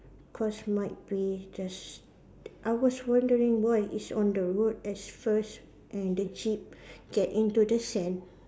cause might be there's I was wondering why it's on the road at first and the jeep get into the sand